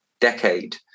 decade